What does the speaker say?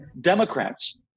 Democrats